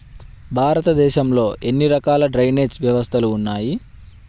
భారతదేశంలో ఎన్ని రకాల డ్రైనేజ్ వ్యవస్థలు ఉన్నాయి?